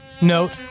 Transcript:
Note